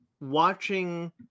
watching